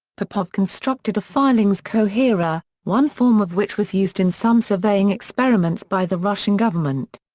popov constructed a filings coherer, one form of which was used in some surveying experiments by the russian government.